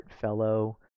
Fellow